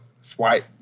Swipe